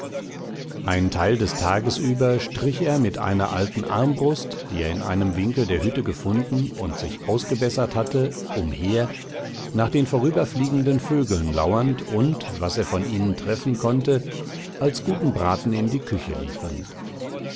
einen teil des tages über strich er mit einer alten armbrust die er in einem winkel der hütte gefunden und sich ausgebessert hatte umher nach den vorüberfliegenden vögeln lauernd und was er von ihnen treffen konnte als guten braten in die küche liefernd